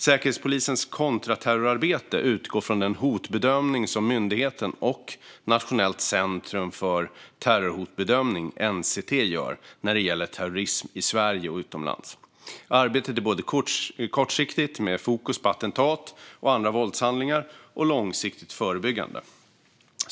Säkerhetspolisens kontraterrorarbete utgår från den hotbedömning som myndigheten och Nationellt centrum för terrorhotbedömning, NCT, gör när det gäller terrorism i Sverige och utomlands. Arbetet är både kortsiktigt, med fokus på attentat och andra våldshandlingar, och långsiktigt förebyggande.